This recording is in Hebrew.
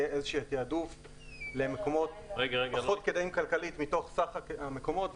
יהיה איזשהו תעדוף למקומות פחות כדאיים כלכלית מתוך סך המקומות,